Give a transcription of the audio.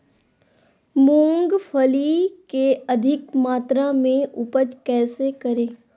मूंगफली के अधिक मात्रा मे उपज कैसे करें?